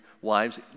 wives